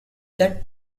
that